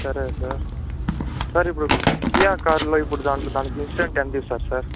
సరే sir sir ఇప్పుడు Kia కారుల్లో ఇప్పుడు దాంట్లో దానికి ఇన్స్టంట్ ఎంత ఇస్తారు సార్